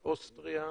אוסטריה.